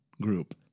Group